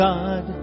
God